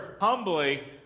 humbly